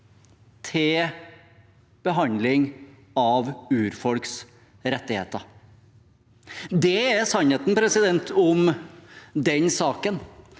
til behandling av urfolks rettigheter. Det er sannheten om den saken.